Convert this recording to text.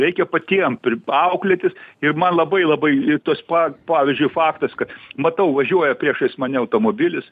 reikia patiems pri auklėtis ir man labai labai tas pa pavyzdžiui faktas kad matau važiuoja priešais mane automobilis